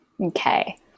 Okay